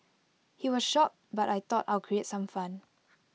he was shocked but I thought I'd create some fun